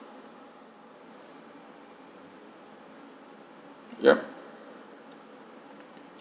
yup